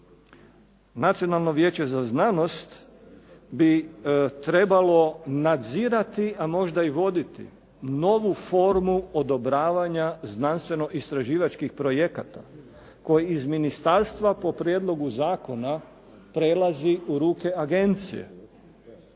Nacionalno vijeće za znanost bi trebalo nadzirati, a možda i voditi novu formu odobravanja znanstveno-istraživačkih projekata koji iz ministarstva po prijedlogu zakona prelazi u ruke agencije.